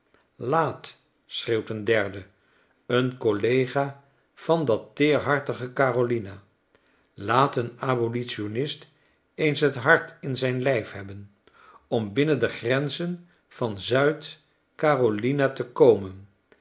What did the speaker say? laat schreeuwt een derde een collega van dat teerhartige carolina laat een abolitionist eens het hart in zijn lijf hebben om binnen de grenzn van zuid carolina te komen